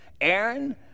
Aaron